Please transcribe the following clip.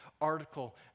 article